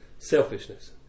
Selfishness